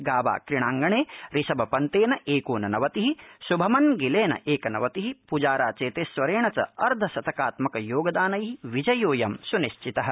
गाबा क्रीडांगणे ऋषभपन्तेन एकोननवतिः श्भमन गिलेन एकनवतिः प्जाराचेतेश्वरेण च अर्ध शतकात्मक योगदानैः विजयोऽयं स्निश्चितः